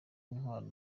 intwaro